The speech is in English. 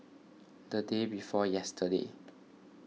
the day before yesterday